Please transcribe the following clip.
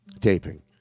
taping